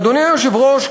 אדוני היושב-ראש,